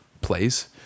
plays